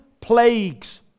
plagues